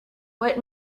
what